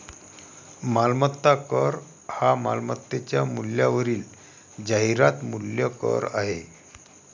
मालमत्ता कर हा मालमत्तेच्या मूल्यावरील जाहिरात मूल्य कर आहे